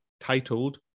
titled